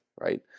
Right